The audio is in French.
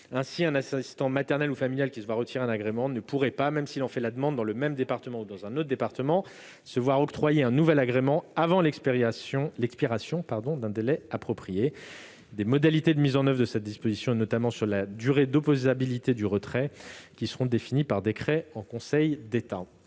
Ainsi, un assistant maternel ou familial qui se voit retirer l'agrément ne pourrait pas, même s'il en fait la demande dans le même département ou dans un autre, se voir octroyer un nouvel agrément avant l'expiration d'un délai approprié. Les modalités de mise en oeuvre de cette disposition, s'agissant, notamment, de la durée d'opposabilité du retrait, seront définies par décret en Conseil d'État.